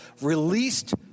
released